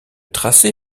tracé